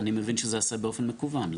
אני מבין שזה ייעשה באופן מקוון.